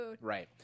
Right